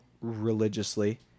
religiously